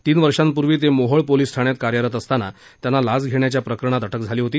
तीन वर्षापूर्वी ते मोहोळ पोलीसठाण्यात कार्यरत असताना त्यांना लाच घेण्याच्या प्रकरणात अटक झाली होती